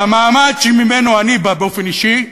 והמעמד שממנו אני בא, באופן אישי,